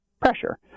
pressure